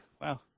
wow